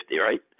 right